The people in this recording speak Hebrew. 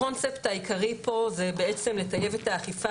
הקונספט העיקרי פה זה בעצם לטייב את האכיפה